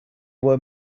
were